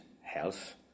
health